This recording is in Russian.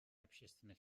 общественных